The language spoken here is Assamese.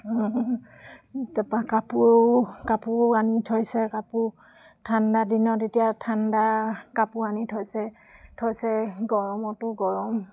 তাৰপৰা কাপোৰো কাপোৰো আনি থৈছে কাপোৰ ঠাণ্ডা দিনত এতিয়া ঠাণ্ডা কাপোৰ আনি থৈছে থৈছে গৰমতো গৰম